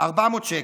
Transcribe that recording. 400 שקל.